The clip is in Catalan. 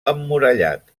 emmurallat